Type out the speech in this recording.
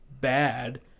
bad